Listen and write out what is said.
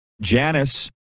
Janice